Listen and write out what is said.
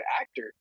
actor